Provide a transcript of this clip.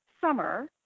summer